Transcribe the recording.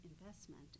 investment